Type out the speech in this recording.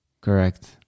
correct